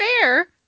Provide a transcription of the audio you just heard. fair